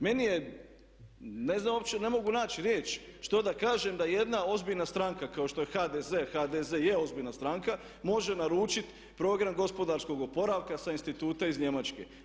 Meni je ne znam uopće, ne mogu naći riječ što da kažem da jedna ozbiljna stranka kao što je HDZ, HDZ je ozbiljna stranka može naručit Program gospodarskog oporavka sa instituta iz Njemačke.